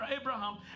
Abraham